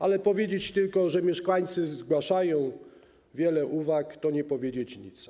Ale powiedzieć tylko, że mieszkańcy zgłaszają wiele uwag, to nie powiedzieć nic.